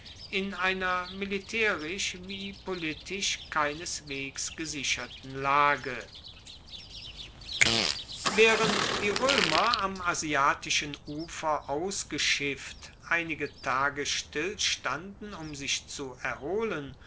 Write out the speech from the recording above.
in einer militaerisch wie politisch keineswegs gesicherten lage waehrend die roemer am asiatischen ufer ausgeschifft einige tage stillstanden um sich zu erholen